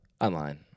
Online